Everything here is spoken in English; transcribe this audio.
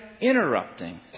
interrupting